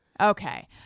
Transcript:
okay